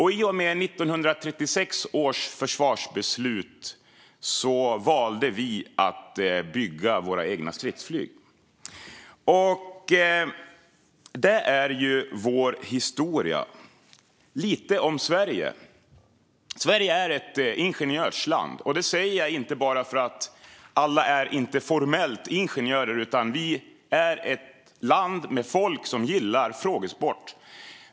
I och med 1936 års försvarsbeslut valde Sverige att bygga egna stridsflygplan. Det är vår historia. Lite om Sverige: Sverige är ett ingenjörsland. Jag säger inte att alla formellt är ingenjörer, men vi är ett land med folk som gillar frågesport.